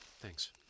Thanks